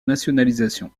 nationalisation